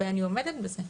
ואני עומדת בזה.